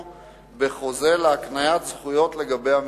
בחוזה להקניית זכויות לגבי המקרקעין,